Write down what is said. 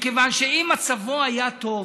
מכיוון שאם מצבו היה טוב,